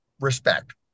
Respect